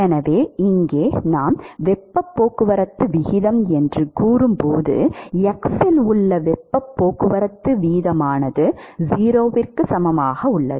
எனவே இங்கே நாம் வெப்பப் போக்குவரத்து வீதம் என்று கூறும்போது x இல் உள்ள வெப்பப் போக்குவரத்து வீதமானது 0க்கு சமமாக உள்ளது